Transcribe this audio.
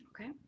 okay